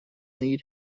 need